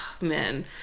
man